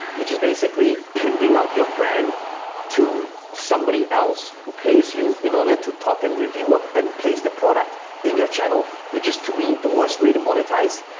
which is basically pimping out your brand to somebody else who pays you in order to talk and review ah and place the product in your channel, which is, to me, the worst way to monetize.